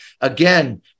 again